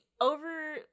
over